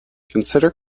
consider